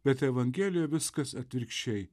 bet evangelijoj viskas atvirkščiai